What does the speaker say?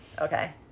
Okay